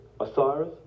osiris